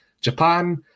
Japan